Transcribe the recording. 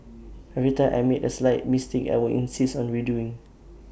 every time I made A slight mistake I would insist on redoing